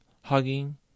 hugging